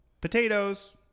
Potatoes